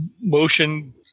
motion